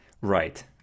Right